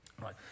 right